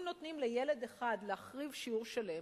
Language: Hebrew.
אם נותנים לילד אחד להחריב שיעור שלם,